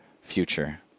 future